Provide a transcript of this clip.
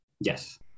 Yes